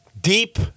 deep